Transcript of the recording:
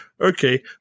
okay